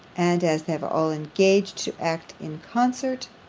and as they have all engaged to act in concert,